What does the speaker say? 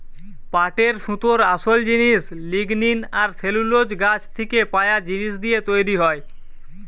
পাটের সুতোর আসোল জিনিস লিগনিন আর সেলুলোজ গাছ থিকে পায়া জিনিস দিয়ে তৈরি হয়